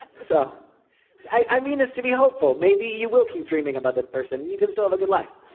so i mean, this to be hopeful, maybe you will keep dreaming about this person. you can still have a good life.